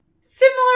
Similar